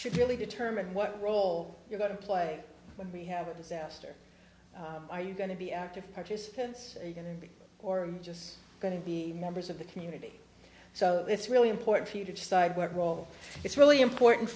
should really determine what role you're going to play when we have a disaster are you going to be active participants are you going to be or just going to be members of the community so it's really important for you to decide what role it's really important